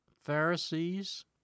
Pharisees